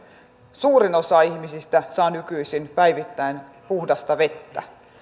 suurin osa ihmisistä saa nykyisin päivittäin puhdasta vettä